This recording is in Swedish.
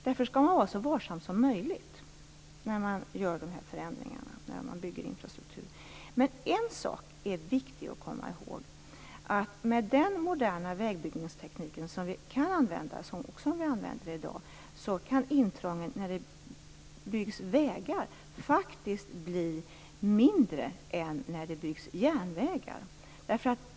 Därför skall man vara så varsam som möjligt när man genomför de här förändringarna i samband med att man bygger infrastruktur. En sak är ändå viktig att komma ihåg, nämligen att med den moderna vägbyggnadsteknik som vi kan använda och också använder i dag kan intrången när det byggs vägar faktiskt bli mindre än då det byggs järnvägar.